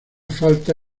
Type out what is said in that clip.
falta